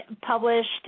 published